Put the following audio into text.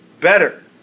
better